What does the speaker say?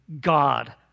God